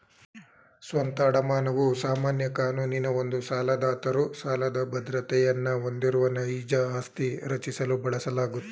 ಸ್ವಂತ ಅಡಮಾನವು ಸಾಮಾನ್ಯ ಕಾನೂನಿನ ಒಂದು ಸಾಲದಾತರು ಸಾಲದ ಬದ್ರತೆಯನ್ನ ಹೊಂದಿರುವ ನೈಜ ಆಸ್ತಿ ರಚಿಸಲು ಬಳಸಲಾಗುತ್ತೆ